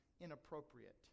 inappropriate